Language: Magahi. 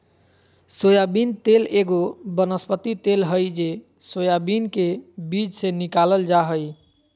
सोयाबीन तेल एगो वनस्पति तेल हइ जे सोयाबीन के बीज से निकालल जा हइ